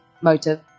motive